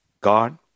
God